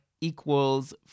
equals